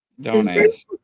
Donate